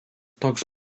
toks